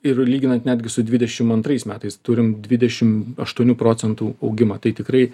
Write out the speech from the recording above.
ir lyginant netgi su dvidešim antrais metais turim dvidešim aštuonių procentų augimą tai tikrai